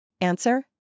Answer